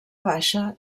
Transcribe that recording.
baixa